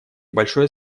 большое